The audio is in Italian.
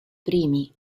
primi